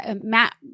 Matt